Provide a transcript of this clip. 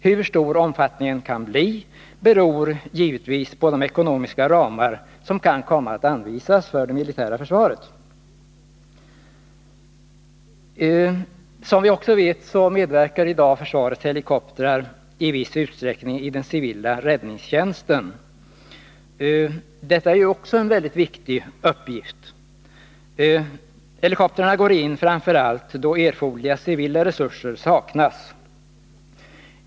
Hur stor omfattningen kan bli beror givetvis på de ekonomiska ramar som kan komma att anvisas för det militära försvaret. Som vi också vet medverkar i dag försvarets helikoptrar i viss utsträckning i den civila räddningstjänsten. Detta är också en mycket viktig uppgift. Helikoptrarna rycker in framför allt då erforderliga civila resurser saknas.